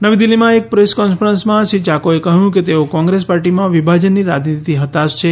નવી દિલ્હીમાં એક પ્રેસ કોન્ફરન્સમાં શ્રી ચાકોએ કહ્યું કે તેઓ કોંગ્રેસ પાર્ટીમાં વિભાજનની રાજનીતિથી હતાશ છે